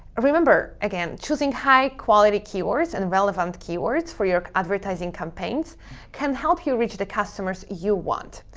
remember, again, choosing high quality keywords and relevant keywords for your advertising campaigns can help you reach the customers you want.